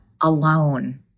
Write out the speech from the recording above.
alone